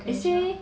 they say